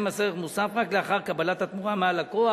מס ערך מוסף רק לאחר קבלת התמורה מהלקוח.